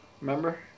Remember